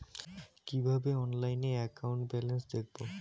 কিভাবে অনলাইনে account balance দেখবো?